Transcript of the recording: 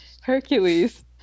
Hercules